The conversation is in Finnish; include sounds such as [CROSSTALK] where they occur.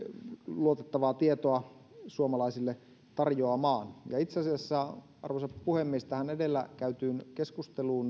luotettavaa tietoa suomalaisille tarjoamaan itse asiassa arvoisa puhemies tähän edellä käytyyn keskusteluun [UNINTELLIGIBLE]